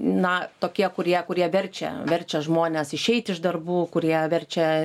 na tokie kurie kurie verčia verčia žmones išeiti iš darbų kurie verčia